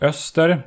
Öster